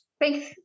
Thanks